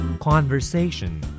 Conversation